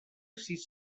sis